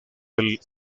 del